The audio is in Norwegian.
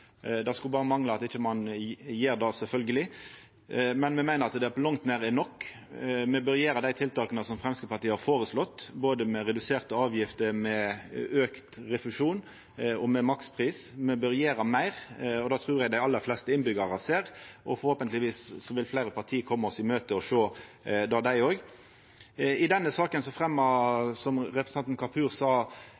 Det skulle berre mangla at ein ikkje gjer det, sjølvsagt, men me meiner at det er på langt nær nok. Me bør gjera dei tiltaka som Framstegspartiet har føreslått, både med reduserte avgifter, med auka refusjon og med makspris. Me bør gjera meir, og det trur eg dei aller fleste innbyggjarar ser, og forhåpentlegvis vil fleire parti koma oss i møte og sjå det, dei òg. I denne saka